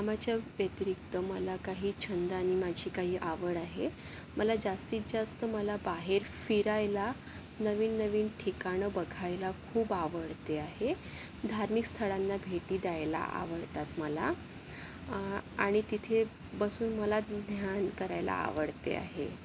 कामाच्या व्यतिरिक्त मला काही छंद आणि माझी काही आवड आहे मला जास्तीतजास्त मला बाहेर फिरायला नवीन नवीन ठिकाणं बघायला खूप आवडते आहे धार्मिक स्थळांना भेटी द्यायला आवडतात मला आणि तिथे बसून मला ध्यान करायला आवडते आहे